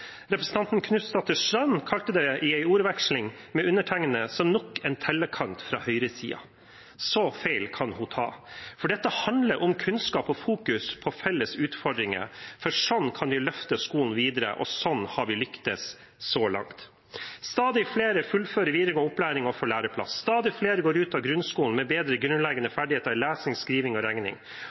Representanten Knutsdatter Strand kalte det i en ordveksling med undertegnede for nok en tellekant fra høyresiden. Så feil kan hun ta. Dette handler om kunnskap og om å fokusere på felles utfordringer, for sånn kan vi løfte skolen videre, og sånn har vi lyktes så langt. Stadig flere fullfører videregående opplæring og får læreplass. Stadig flere går ut av grunnskolen med bedre grunnleggende ferdigheter i lesing, skriving og regning.